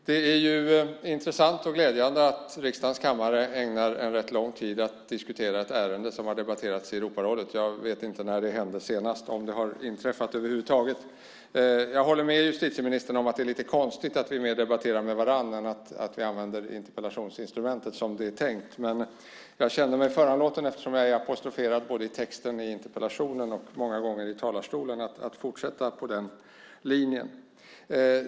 Fru talman! Det är intressant och glädjande att riksdagens kammare ägnar en rätt lång tid åt att diskutera ett ärende som har debatterats i Europarådet. Jag vet inte när det hände senast, om det har inträffat över huvud taget. Jag håller med justitieministern om att det är lite konstigt att vi mer debatterar med varandra än använder interpellationsinstrumentet som det är tänkt, men jag känner mig föranlåten, eftersom jag är apostroferad både i texten i interpellationen och många gånger i talarstolen, att fortsätta på den linjen.